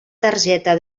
targeta